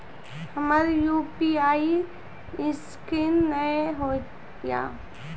हमर UPI scan नेय हो या?